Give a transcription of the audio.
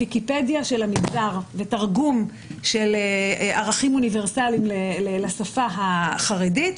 ויקיפדיה של המגזר ותרגום של ערכים אוניברסליים לשפה החרדית.